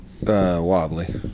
wobbly